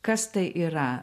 kas tai yra